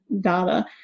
data